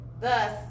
Thus